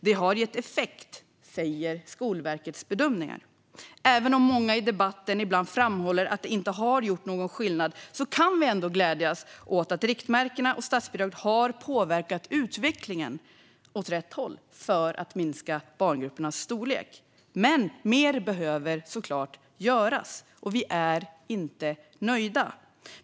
Det har gett effekt, säger Skolverkets bedömningar. Även om många i debatten ibland framhåller att det inte har gjort någon skillnad kan vi ändå glädjas åt att riktmärkena och statsbidraget har påverkat utvecklingen åt rätt håll för att minska barngruppernas storlek. Mer behöver såklart göras. Vi är inte nöjda.